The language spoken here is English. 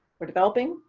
we're developing,